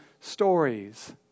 stories